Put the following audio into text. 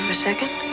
and second?